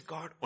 God